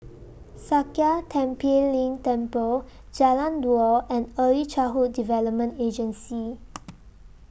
Sakya Tenphel Ling Temple Jalan Dua and Early Childhood Development Agency